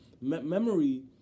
Memory